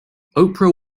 oprah